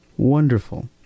Wonderful